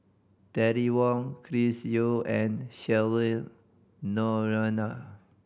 Terry Wong Chris Yeo and Cheryl Noronha